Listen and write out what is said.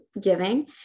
giving